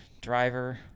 driver